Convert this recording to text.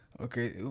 Okay